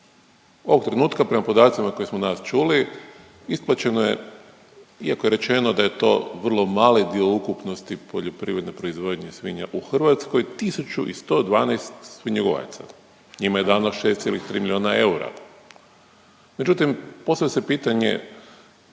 Ovog trenutka prema podacima koje smo danas čuli isplaćeno je, iako je rečeno da je to vrlo mali dio u ukupnosti poljoprivredne proizvodnje svinja u Hrvatskoj 112 svinjogojaca. Njima je dano 6,3 milijona eura. Međutim, postavlja se pitanje,